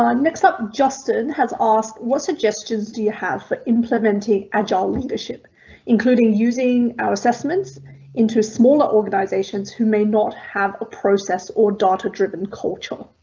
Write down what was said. um next up justin has asked what suggestions do you have for implementing agile leadership including using our assessments into smaller organisations who may not have a process or data-driven culture.